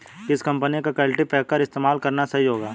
किस कंपनी का कल्टीपैकर इस्तेमाल करना सही होगा?